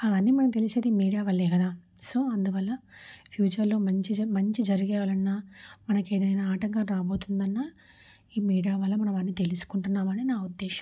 అవన్నీ మనకు తెలిసేది మీడియా వల్లే కదా సో అందువల్ల ఫ్యూచర్లో మంచి మంచి జరగాలన్నా మనకు ఏదైనా ఆటంకం రాబోతుందన్నా ఈ మీడియా వల్ల మనం అన్నీ తెలుసుకుంటున్నామని నా ఉద్దేశం